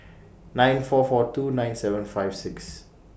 nine four four two nine seven five six